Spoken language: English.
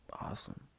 Awesome